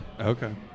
Okay